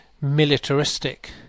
militaristic